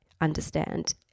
understand